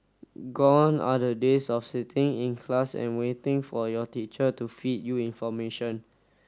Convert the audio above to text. gone are the days of sitting in class and waiting for your teacher to feed you information